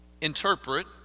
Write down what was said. Interpret